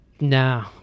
No